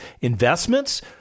investments